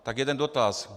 Tak jeden dotaz.